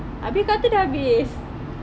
abeh kata dah habis